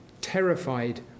terrified